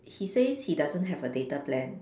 he says he doesn't have a data plan